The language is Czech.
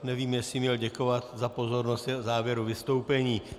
Nevím, jestli měl děkovat za pozornost v závěru vystoupení.